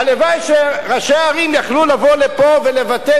הלוואי שראשי הערים היו יכולים לבוא לכאן ולבטא